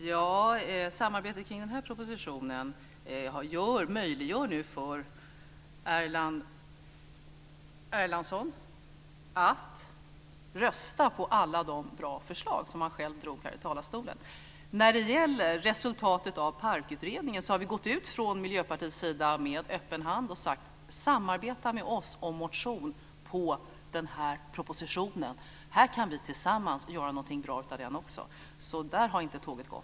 Fru talman! Samarbetet kring denna proposition möjliggör nu för Eskil Erlandsson att rösta på alla de bra förslag som han själv drog här i talarstolen. När det gäller resultatet av PARK-utredningen har vi från Miljöpartiets sida gått ut med öppen hand och sagt: Samarbeta med oss om en motion på den här propositionen! Här kan vi tillsammans göra något bra av den också. Så där har inte tåget gått.